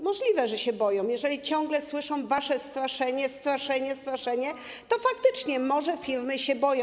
Możliwe, że się boją, jeżeli ciągle słyszą wasze straszenie, straszenie, straszenie, to faktycznie może się boją.